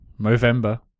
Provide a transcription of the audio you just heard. movember